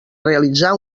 realitzar